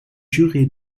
juré